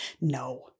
no